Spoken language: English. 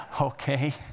Okay